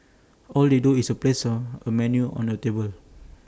all they do is place A a menu on your table